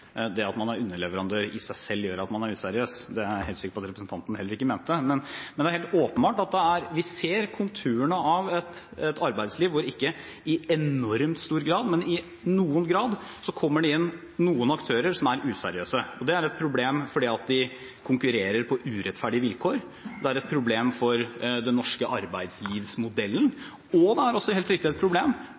det at man er underleverandør, i seg selv gjør at man er useriøs. Det er jeg helt sikker på at representanten heller ikke mente. Men det er helt åpenbart at vi ser konturene av et arbeidsliv hvor det – ikke i enormt stor grad, men i noen grad – kommer inn noen aktører som er useriøse. Det er et problem fordi de konkurrerer på urettferdige vilkår, det er et problem for den norske arbeidslivsmodellen, og det er også helt riktig et problem